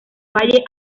valle